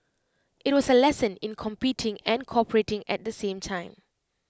IT was A lesson in competing and cooperating at the same time